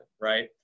right